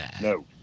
No